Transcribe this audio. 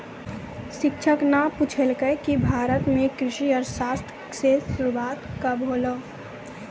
शिक्षक न पूछलकै कि भारत म कृषि अर्थशास्त्र रो शुरूआत कब होलौ